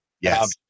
Yes